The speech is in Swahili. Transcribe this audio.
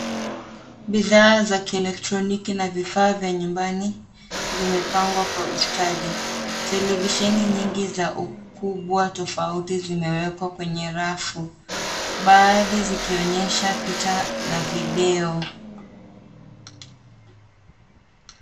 Bidhaa za kielektroniki na vifaa vya nyumbani vimepangwa kwa ustadi. Televisheni nyingi za ukubwa tofauti zimewekwa kwenye rafu, baadhi zikionyesha picha na video.